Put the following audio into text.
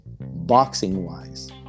boxing-wise